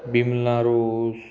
बिमला रोस